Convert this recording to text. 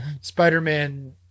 Spider-Man